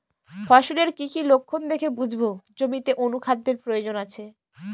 ফসলের কি কি লক্ষণ দেখে বুঝব জমিতে অনুখাদ্যের প্রয়োজন আছে?